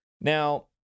Now